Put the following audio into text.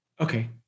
Okay